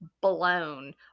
blown